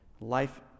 life